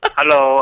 Hello